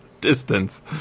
distance